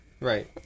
Right